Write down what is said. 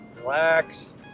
relax